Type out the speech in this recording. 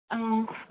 ꯑ